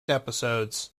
episodes